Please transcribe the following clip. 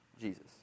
Jesus